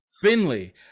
Finley